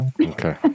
okay